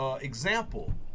example